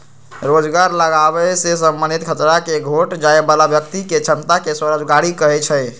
रोजगार लागाबे से संबंधित खतरा के घोट जाय बला व्यक्ति के क्षमता के स्वरोजगारी कहै छइ